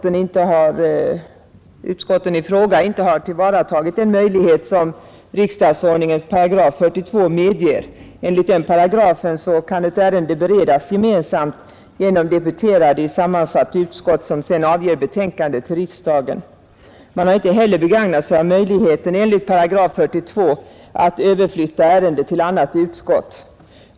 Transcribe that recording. Jag beklagar att utskotten i fråga inte har tillvaratagit den möjlighet som riksdagsordningens 42 §8 medger. Enligt den paragrafen kan ett ärende beredas gemensamt av deputerade i sammansatt utskott, som sedan avger betänkande till riksdagen. Man har inte heller begagnat sig av möjligheten enligt 42 § att överflytta ärendet till annat utskott.